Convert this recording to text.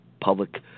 public